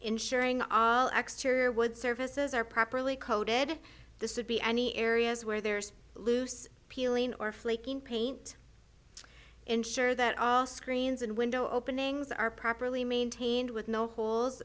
ensuring all exter would services are properly coated this would be any areas where there's loose peeling or flaking paint ensure that all screens and window openings are properly maintained with no holes